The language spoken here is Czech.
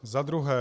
Za druhé.